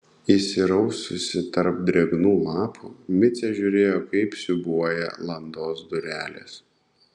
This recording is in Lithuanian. įsiraususi tarp drėgnų lapų micė žiūrėjo kaip siūbuoja landos durelės